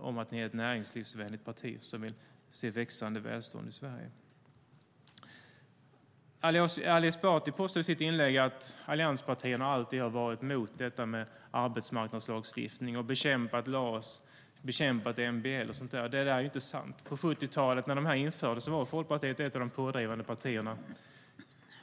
om att ni är ett näringslivsvänligt parti som vill se växande välstånd i Sverige. Ali Esbati påstår i sitt inlägg att allianspartierna alltid har varit emot arbetslagstiftning och bekämpat LAS, MBL och så vidare. Det är inte sant. På 70-talet, när detta infördes, var Folkpartiet ett av de pådrivande partierna.